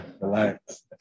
Relax